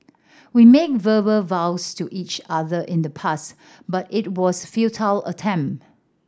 we made verbal vows to each other in the past but it was futile attempt